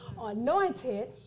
anointed